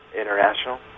international